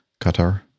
Qatar